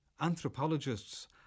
anthropologists